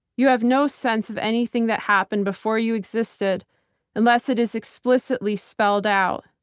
you have no sense of anything that happened before you existed unless it is explicitly spelled out.